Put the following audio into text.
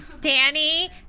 Danny